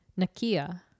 nakia